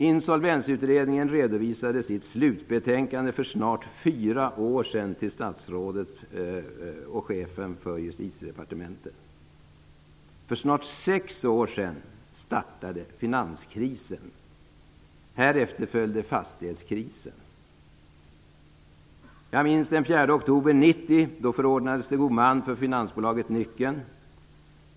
Insolvensutredningen redovisade sitt slutbetänkande för snart fyra år sedan till statsrådet och chefen för Justitiedepartementet. För snart sex år sedan startade finanskrisen. Härefter följde fastighetskrisen. Jag minns den 4 oktober Nyckeln.